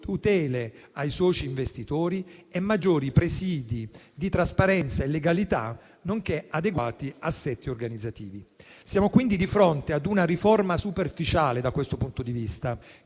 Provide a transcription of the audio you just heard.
Siamo quindi di fronte ad una riforma superficiale da questo punto di vista,